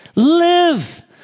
live